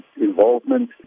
involvement